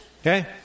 okay